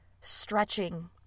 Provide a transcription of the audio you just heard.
stretching